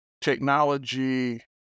technology